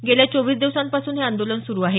गेल्या चोवीस दिवसांपासून हे आंदोलन सुरू आहे